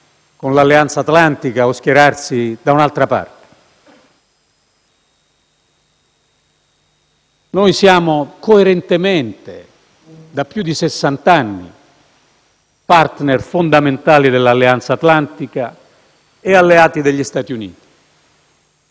con l'Alleanza atlantica o schierarsi da un'altra parte. Noi siamo coerentemente, da più di sessant'anni*, partner* fondamentali dell'Alleanza atlantica e alleati degli Stati Uniti.